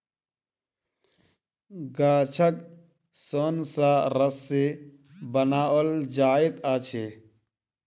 गाछक सोन सॅ रस्सी बनाओल जाइत अछि